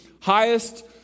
highest